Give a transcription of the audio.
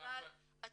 זה